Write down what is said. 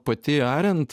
pati arent